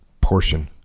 portion